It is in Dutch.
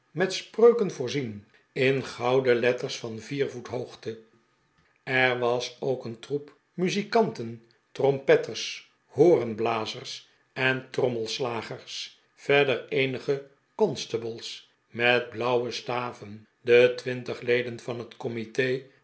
met spreuken voorzien in gouden letters van vier voet hoogte er was ook een troep muzikanten trompetters horenblazers en trommelslagers verder eenige constables met blauwe staven de twintig leden van het comite